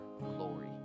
glory